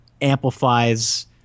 amplifies